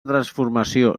transformació